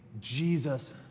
jesus